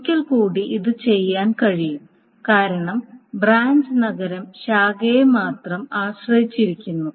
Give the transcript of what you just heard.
ഒരിക്കൽ കൂടി ഇത് ചെയ്യാൻ കഴിയും കാരണം ബ്രാഞ്ച് നഗരം ശാഖയെ മാത്രം ആശ്രയിച്ചിരിക്കുന്നു